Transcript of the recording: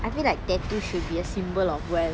I feel like tattoo should be a symbol of wealth